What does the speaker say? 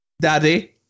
Daddy